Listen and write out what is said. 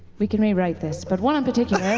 we can rewrite this, but one in particular